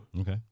Okay